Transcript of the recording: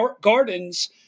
gardens